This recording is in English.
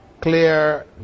clear